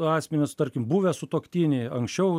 asmenys tarkim buvę sutuoktiniai anksčiau